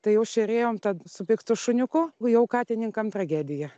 tai jau šėrėjom tad su piktu šuniuku jau katininkam tragedija